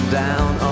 down